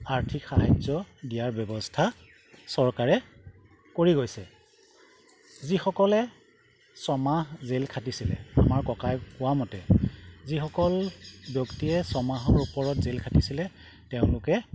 আৰ্থিক সাহাৰ্য দিয়াৰ ব্যৱস্থা চৰকাৰে কৰি গৈছে যিসকলে ছমাহ জেল খাটিছিলে আমাৰ ককাই কোৱা মতে যিসকল ব্যক্তিয়ে ছমাহৰ ওপৰত জেল খাটিছিলে তেওঁলোকে